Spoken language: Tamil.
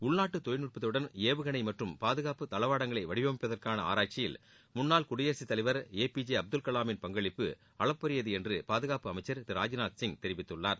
உள்நாட்டு தொழில்நுட்பத்துடன் ஏவுகணை மற்றும் பாதுகாப்பு தளவாடங்களை வடிவமைப்பதற்கான ஆராய்ச்சியில் முன்னாள் குடியரகத் தலைவர் ஏ பி ஜே அப்துல் கவாமின் பங்களிப்பு அளப்பரியது என பாதுகாப்புத்துறை அமைச்சர் திரு ராஜ்நாத் சிங் தெரிவித்துள்ளார்